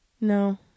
No